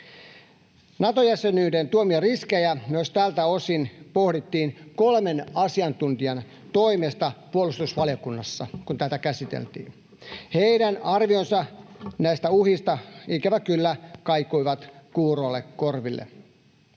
Nato-jäsenyyden tuomia riskejä myös tältä osin pohdittiin kolmen asiantuntijan toimesta puolustusvaliokunnassa, kun tätä käsiteltiin. Heidän arvionsa näistä uhista ikävä kyllä kaikuivat kuuroille korville.